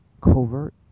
covert